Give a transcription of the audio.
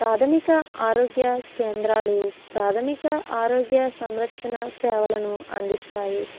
ప్రాథమిక ఆరోగ్య కేంద్రాలు ప్రాథమిక ఆరోగ్య సంరక్షణ సేవలను అందిస్తాయి